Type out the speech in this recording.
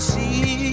see